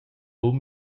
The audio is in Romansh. buca